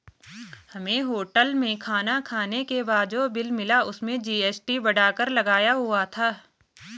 हमें होटल में खाना खाने के बाद जो बिल मिला उसमें जी.एस.टी बढ़ाकर लगाया हुआ था